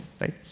right